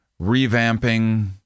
revamping